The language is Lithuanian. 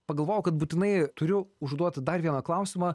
pagalvojau kad būtinai turiu užduot dar vieną klausimą